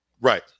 Right